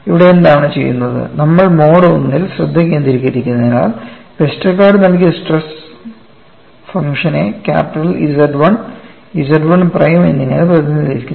ഇവിടെ എന്താണ് ചെയ്യുന്നത് നമ്മൾ മോഡ് I ൽ ശ്രദ്ധ കേന്ദ്രീകരിക്കുന്നതിനാൽ വെസ്റ്റർഗാർഡ് നൽകിയ സ്ട്രെസ് ഫംഗ്ഷനെ ക്യാപിറ്റൽ Z 1 Z 1 പ്രൈം എന്നിങ്ങനെ പ്രതിനിധീകരിക്കുന്നു